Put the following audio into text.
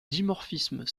dimorphisme